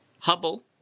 Hubble